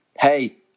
Hey